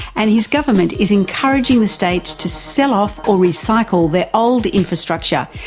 and his government is encouraging the states to sell off or recycle their old infrastructure,